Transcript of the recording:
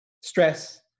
stress